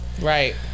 right